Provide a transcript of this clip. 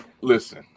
Listen